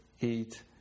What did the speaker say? eat